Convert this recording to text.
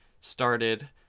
started